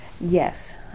Yes